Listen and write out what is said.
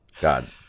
God